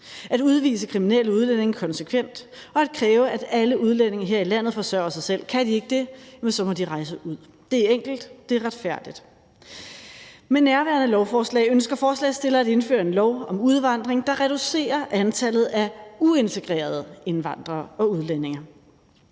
at udvise kriminelle udlændinge konsekvent og at kræve, at alle udlændinge her i landet forsørger sig selv. Kan de ikke det, må de rejse ud. Det er enkelt, og det er retfærdigt. Med nærværende lovforslag ønsker forslagsstillerne at indføre en lov om udvandring, der reducerer antallet af uintegrerede indvandrere og udlændinge.